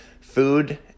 food